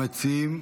המציעים,